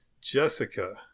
Jessica